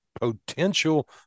potential